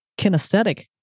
kinesthetic